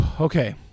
okay